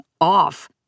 off